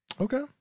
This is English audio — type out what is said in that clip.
Okay